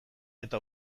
eta